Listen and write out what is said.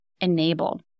enabled